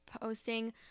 posting